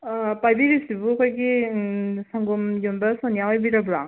ꯄꯥꯏꯕꯤꯔꯤꯁꯤꯕꯨ ꯑꯩꯈꯣꯏꯒꯤ ꯁꯪꯒꯣꯝ ꯌꯣꯟꯕ ꯁꯣꯅꯤꯌꯥ ꯑꯣꯏꯕꯤꯔꯕ꯭ꯔꯣ